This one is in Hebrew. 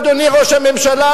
אדוני ראש הממשלה,